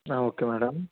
okay madam